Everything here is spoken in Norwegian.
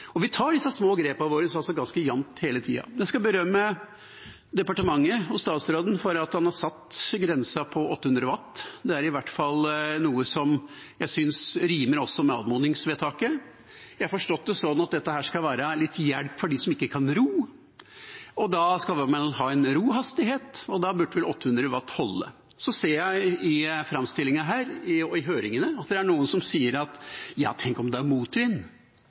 Vi tar altså disse små grepene våre ganske jamt hele tida. Jeg skal berømme departementet og statsråden for at man har satt grensen på 800 W. Det er i hvert fall noe som jeg synes rimer med anmodningsvedtaket. Jeg har forstått det slik at dette skal være litt til hjelp for folk som ikke kan ro. Da skal man ha en rohastighet, og da burde vel 800 W holde. Så ser jeg i framstillingen her og i høringen at det er noen som sier at tenk om det er